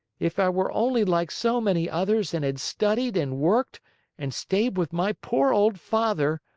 if i were only like so many others and had studied and worked and stayed with my poor old father,